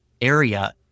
area